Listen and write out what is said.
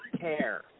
care